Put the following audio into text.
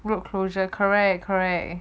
road closure correct correct